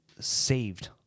saved